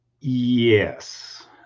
Yes